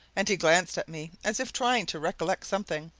and he glanced at me as if trying to recollect something.